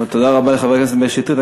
תודה רבה לחבר הכנסת מאיר שטרית.